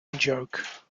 joke